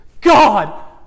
God